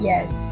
Yes